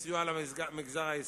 הועמדו לסיוע למגזר העסקי.